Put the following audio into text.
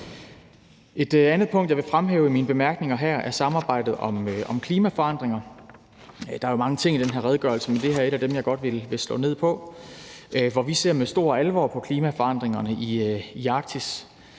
Et andet punkt, jeg vil fremhæve i mine bemærkninger her, er samarbejdet om klimaforandringer. Der er jo mange ting i den her redegørelse, men det her er en af de ting, jeg godt vil slå ned på. Vi ser med stor alvor på klimaforandringerne i Arktis.